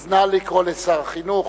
אז, נא לקרוא לשר החינוך,